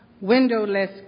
windowless